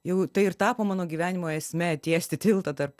jau tai ir tapo mano gyvenimo esme tiesti tiltą tarp